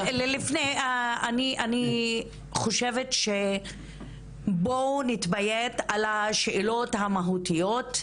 אני חושבת שבואו נתביית על השאלות המהותיות.